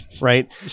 right